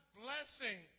blessing